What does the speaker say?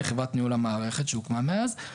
לחברת ניהול המערכת שהוקמה מאז,